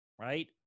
right